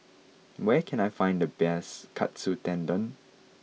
where can I find the best Katsu Tendon